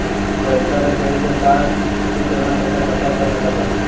पहिलका बेर credit card से केतना पईसा खर्चा कर सकत बानी?